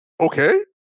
Okay